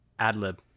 Adlib